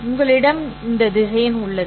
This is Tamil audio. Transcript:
உங்களிடம் இந்த திசையன் உள்ளது